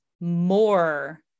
more